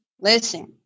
Listen